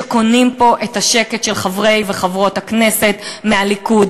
שקונים פה את השקט של חברי וחברות הכנסת מהליכוד.